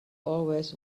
always